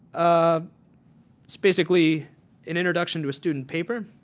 um so basically an introduction to a student paper,